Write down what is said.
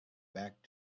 back